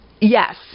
yes